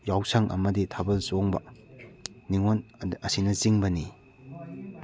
ꯌꯥꯎꯁꯪ ꯑꯃꯗꯤ ꯊꯥꯕꯜ ꯆꯣꯡꯕ ꯅꯤꯡꯉꯣꯟ ꯑꯁꯤꯅꯆꯤꯡꯕꯅꯤ